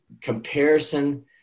comparison